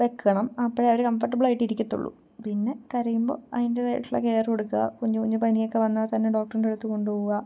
വെക്കണം അപ്പോഴവർ കംഫർട്ടബിളായിട്ട് ഇരിക്കത്തുള്ളു പിന്നെ കരയുമ്പോൾ അതിൻ്റെതായിട്ടുള്ള കെയറ് കൊടുക്കുക കുഞ്ഞു കുഞ്ഞു പനിയൊക്കെ വന്നാൽ തന്നെ ഡോക്ടറിൻ്റെ അടുത്ത് കൊണ്ടുപോവുക